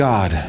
God